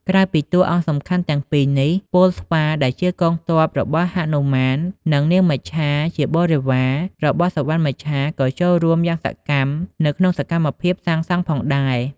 ក្រៅពីតួអង្គសំខាន់ទាំងពីរនេះ ពលស្វា ដែលជាកងទ័ពរបស់ហនុមាន និង នាងមច្ឆាជាបរិវារ របស់សុវណ្ណមច្ឆាក៏ចូលរួមយ៉ាងសកម្មនៅក្នុងសកម្មភាពសាងសង់ផងដែរ។